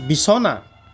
বিছনা